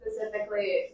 specifically